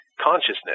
consciousness